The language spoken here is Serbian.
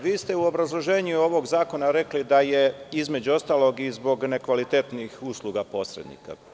Vi ste u obrazloženju ovog zakona rekli, između ostalog da je to i zbog nekvalitetnih usluga posrednika.